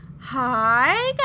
hi